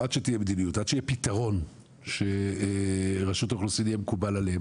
עד שיהיה פתרון שיהיה מקובל על רשות האוכלוסין,